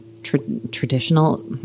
Traditional